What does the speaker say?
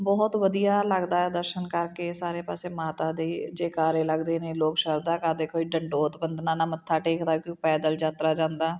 ਬਹੁਤ ਵਧੀਆ ਲੱਗਦਾ ਆ ਦਰਸ਼ਨ ਕਰਕੇ ਸਾਰੇ ਪਾਸੇ ਮਾਤਾ ਦੇ ਜੈਕਾਰੇ ਲੱਗਦੇ ਨੇ ਲੋਕ ਸ਼ਰਧਾ ਕਰਦੇ ਕੋਈ ਡੰਡੋਤ ਬੰਦਨਾ ਨਾਲ ਮੱਥਾ ਟੇਕਦਾ ਕੋਈ ਪੈਦਲ ਯਾਤਰਾ ਜਾਂਦਾ